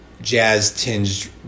jazz-tinged